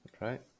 Right